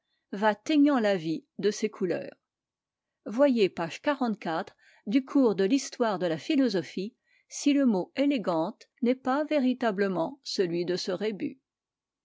va teignant la vie de ses couleurs voyez page du cours de vhistoire de la philosophie si le mot vie élégante n'est pas véritablement celui de ce rébus